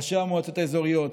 ראשי המועצות האזוריות,